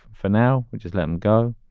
for now, which is letting go.